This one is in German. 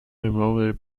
memorial